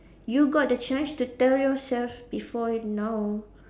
you got the chance to tell yourself before now